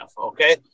Okay